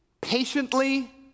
patiently